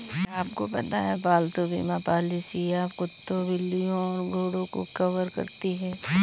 क्या आपको पता है पालतू बीमा पॉलिसियां कुत्तों, बिल्लियों और घोड़ों को कवर करती हैं?